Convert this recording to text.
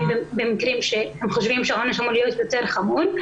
במקרים שהם חושבים שהעונש צריך להיות יותר חמור,